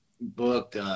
booked